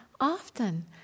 often